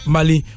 Mali